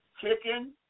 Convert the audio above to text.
chicken